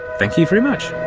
thank you very much.